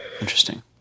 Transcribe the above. Interesting